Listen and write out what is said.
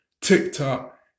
TikTok